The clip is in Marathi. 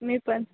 मी पण